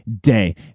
day